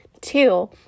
Two